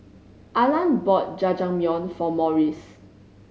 Arland bought Jajangmyeon for Maurice